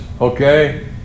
okay